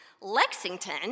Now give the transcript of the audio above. Lexington